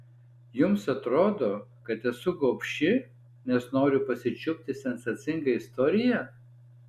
jums atrodo kad esu gobši nes noriu pasičiupti sensacingą istoriją